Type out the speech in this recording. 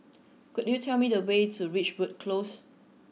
could you tell me the way to Ridgewood Close